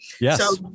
Yes